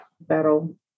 battle